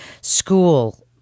school